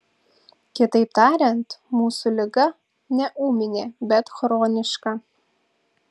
kitaip tariant mūsų liga ne ūminė bet chroniška